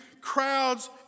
Crowds